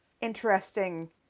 interesting